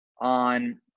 on